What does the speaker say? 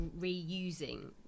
reusing